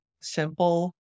simple